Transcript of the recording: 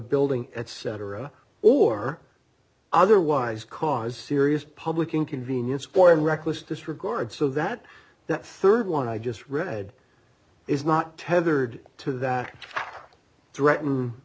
building etc or otherwise cause serious public inconvenience for a reckless disregard so that that rd one i just read is not tethered to that threaten